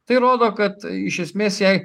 tai rodo kad iš esmės jai